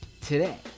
today